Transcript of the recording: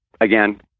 again